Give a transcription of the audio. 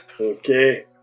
Okay